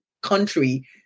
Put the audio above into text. country